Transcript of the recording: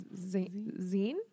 Zine